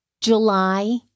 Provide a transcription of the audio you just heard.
July